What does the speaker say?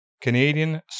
Canadian